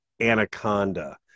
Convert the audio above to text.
anaconda